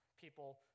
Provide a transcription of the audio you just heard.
People